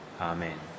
Amen